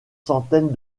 centaines